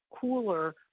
cooler